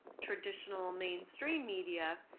traditional mainstream media,